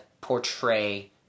portray